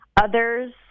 Others